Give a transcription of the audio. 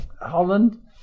Holland